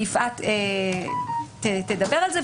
יפעת תדבר על זה.